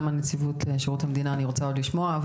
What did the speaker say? גם לנציבות שירות המדינה שאני עוד רוצה לשמוע.